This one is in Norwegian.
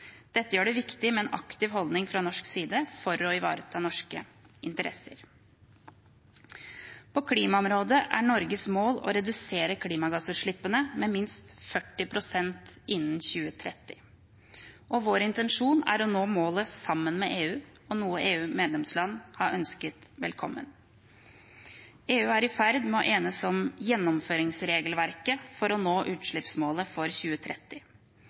Dette gjør det viktig med en aktiv holdning fra norsk side for å ivareta norske interesser. På klimaområdet er Norges mål å redusere klimagassutslippene med minst 40 pst. innen 2030. Vår intensjon er å nå målet sammen med EU, noe EU og medlemslandene har ønsket velkommen. EU er i ferd med å enes om gjennomføringsregelverket for å nå utslippsmålet for 2030.